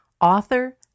author